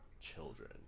children